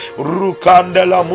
Rukandela